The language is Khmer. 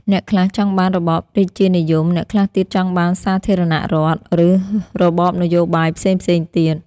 អ្នកខ្លះចង់បានរបបរាជានិយម អ្នកខ្លះទៀតចង់បានសាធារណរដ្ឋ ឬរបបនយោបាយផ្សេងៗទៀត។